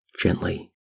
gently